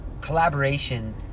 collaboration